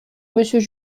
monsieur